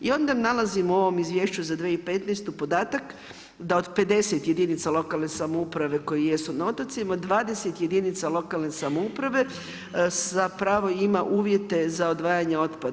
I onda nalazimo u ovom izvješću za 2015. podatak da od 50 jedinica lokalne samouprave koji jesu na otocima 20 jedinica lokalne samouprave zapravo ima uvjete za odvajanje otpada.